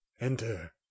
enter